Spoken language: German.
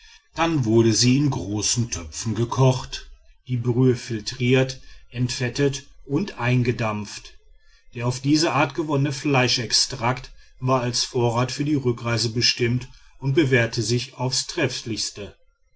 dann wurde sie in großen töpfen gekocht die brühe filtriert entfettet und eingedampft der auf diese art gewonnene fleischextrakt war als vorrat für die rückreise bestimmt und bewährte sich aufs trefflichste